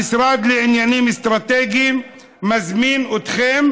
המשרד לעניינים אסטרטגיים מזמין אתכם